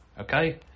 Okay